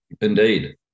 Indeed